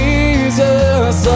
Jesus